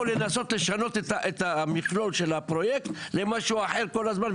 או לנסות לשנות את המכלול של הפרויקט למשהו אחר כל הזמן,